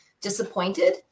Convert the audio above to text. disappointed